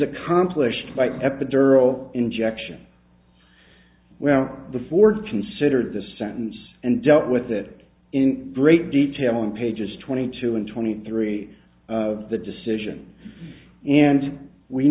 accomplished by epidural injection well the fourth considered the sentence and dealt with it in break detail in pages twenty two and twenty three of the decision and we